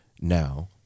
now